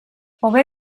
hobe